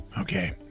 Okay